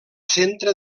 centre